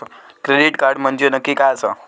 Credit card म्हंजे नक्की काय आसा?